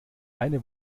eine